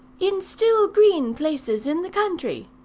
in still green places in the country?